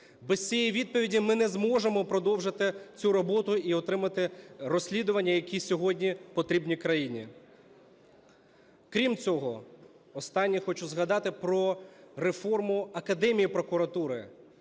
Без цієї відповіді ми не зможемо продовжити цю роботу і отримати розслідування, які сьогодні потрібні країні. Крім цього, останнє хочу згадати: про реформу Академії прокуратури.